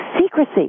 secrecy